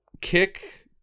kick